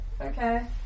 Okay